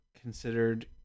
considered